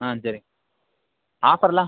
ஆ சரிங்க ஆஃபரெலாம்